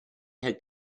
had